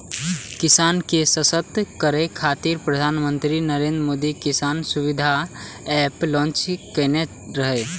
किसान के सशक्त करै खातिर प्रधानमंत्री नरेंद्र मोदी किसान सुविधा एप लॉन्च केने रहै